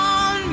on